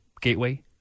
gateway